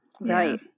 Right